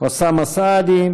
אוסאמה סעדי,